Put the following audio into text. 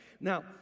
Now